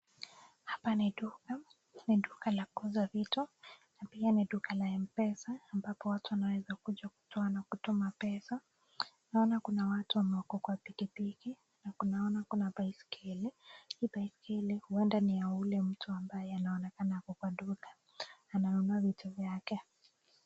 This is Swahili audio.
Hapa ni duka. Ni duka la kuuza vitu na pia ni duka la M-Pesa ambapo watu wanaweza kuja kutoa na kutuma pesa. Naona kuna watu wameko kwa pikipiki na kunaona kuna baiskeli. Hii baiskeli huenda ni ya yule mtu ambaye anaonekana ako kwa duka ananunua vitu vyake.